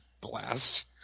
blast